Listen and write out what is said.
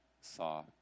saw